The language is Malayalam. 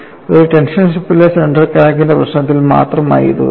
ഒരു ടെൻഷൻ സ്ട്രിപ്പിലെ സെന്റർ ക്രാക്കിന്റെ പ്രശ്നത്തിൽ മാത്രമായി ഇത് ഒതുങ്ങി